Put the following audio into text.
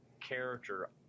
character